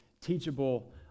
teachable